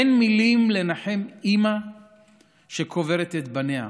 אין מילים לנחם אימא שקוברת את בניה,